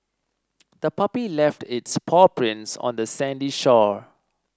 the puppy left its paw prints on the sandy shore